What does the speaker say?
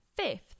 Fifth